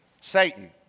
Satan